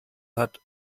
hat